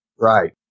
Right